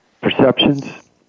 perceptions